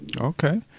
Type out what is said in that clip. Okay